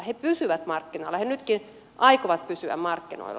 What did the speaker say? he pysyvät markkinoilla he nytkin aikovat pysyä markkinoilla